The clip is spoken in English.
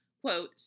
Quote